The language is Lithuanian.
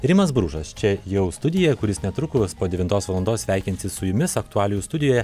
rimas bružas čia jau studijoj kuris netrukus po devintos valandos sveikintis su jumis aktualijų studijoje